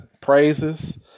praises